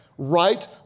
right